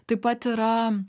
taip pat yra